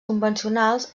convencionals